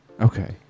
Okay